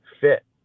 fit